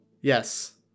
Yes